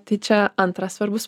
tai čia antras svarbus